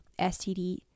STD